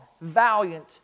valiant